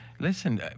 Listen